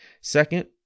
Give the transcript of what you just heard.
Second